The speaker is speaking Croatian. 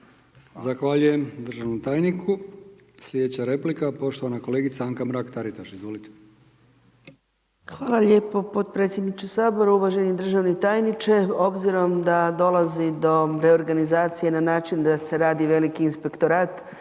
Zahvaljujem državnom tajniku. Sljedeća replika poštovana kolegica Anka Mrak Taritaš, izvolite. **Mrak-Taritaš, Anka (GLAS)** Hvala lijepo potpredsjedniče Sabora, uvaženi državni tajniče, obzirom da dolazi do reorganizacije, na način da se radi veliki inspektorat,